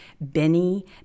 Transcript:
Benny